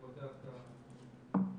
בבקשה,